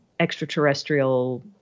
extraterrestrial